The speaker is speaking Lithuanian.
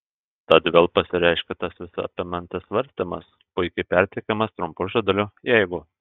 tad vėl pasireiškė tas visa apimantis svarstymas puikiai perteikiamas trumpu žodeliu jeigu